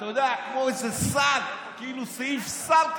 אתה יודע, כמו איזה סל, כאילו סעיף סל כזה.